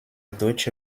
deutsche